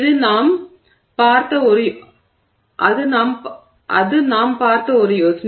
எனவே அது நாம் பார்த்த ஒரு யோசனை